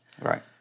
Right